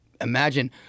imagine